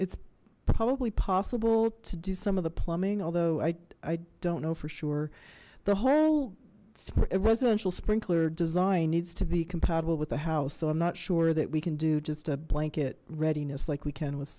it's probably possible to do some of the plumbing although i i don't know for sure the whole residential sprinkler design needs to be compatible with the house so i'm not sure that we can do just a blanket readiness like we can with